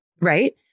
Right